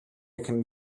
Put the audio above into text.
can